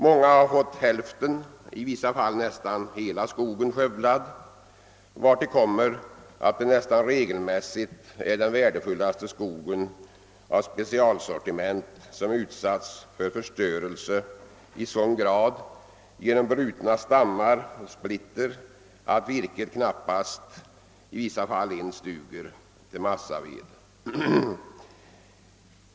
Många har fått hälften av, i vissa fall nästa hela, skogen skövlad, vartill kommer att det nästan regelmässigt är den värdefullaste skogen av specialsortiment som utsatts för förstörelse i sådan grad genom brutna stammar och splitter, att virket i vissa fall knappast duger ens till massaved.